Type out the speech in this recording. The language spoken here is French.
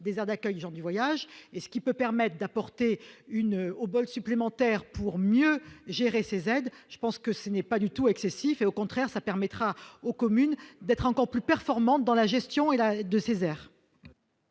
des aires d'accueil des gens du voyage. Cette mesure, qui est de nature à apporter une obole supplémentaire pour mieux gérer ces aides, n'est pas du tout excessive. Au contraire, elle permettra aux communes d'être encore plus performantes dans la gestion de ces aires.